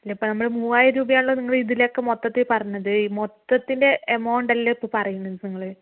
അല്ല ഇപ്പോൾ നമ്മൾ മൂവായിരം രൂപയാണെല്ലോ ഇതിലേക്ക് മൊത്തത്തിൽ പറഞ്ഞത് ഈ മൊത്തത്തിൻ്റെ എമൗണ്ട് അല്ലേ ഇപ്പോൾ പറയുന്നത് നിങ്ങൾ